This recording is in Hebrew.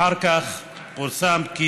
אחר כך פורסם כי